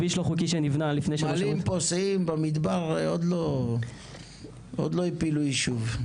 גמלים פוסעים במדבר עוד לא הפילו ישוב.